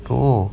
orh